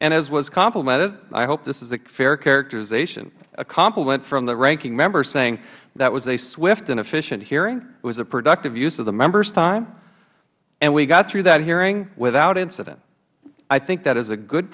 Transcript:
and as was complemented i hope this is a fair characterization a complement from the ranking member saying this was a swift and efficient hearing it was a productive use of the members time and we got through that hearing without incident i think that is a good